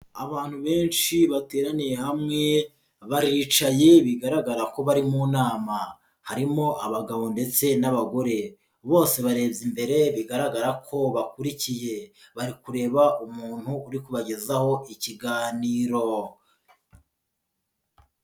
Abantu benshi bateraniye hamwe, baricaye bigaragara ko bari mu nama harimo abagabo ndetse n'abagore, bose barenze imbere bigaragara ko bakurikiye, bari kureba umuntu uri kubagezaho ikiganiro.